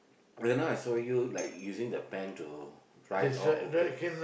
you know I saw you like using the pen to right all okay